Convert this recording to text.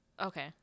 Okay